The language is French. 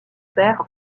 père